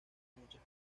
muchas